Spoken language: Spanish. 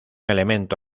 elemento